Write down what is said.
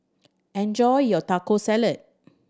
enjoy your Taco Salad